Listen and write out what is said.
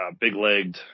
big-legged